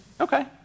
okay